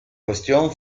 cuestión